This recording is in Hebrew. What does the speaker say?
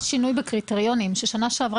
פה היה שינוי בקריטריונים: בשנה שעברה